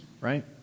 right